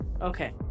Okay